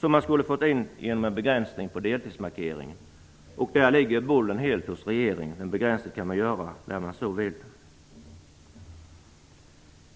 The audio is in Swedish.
som man skulle fått in genom en begränsning på deltidmarkeringen. Där ligger bollen helt hos regeringen. Den begränsningen kan genomföras när man så vill.